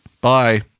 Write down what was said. Bye